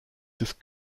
des